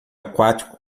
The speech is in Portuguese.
aquático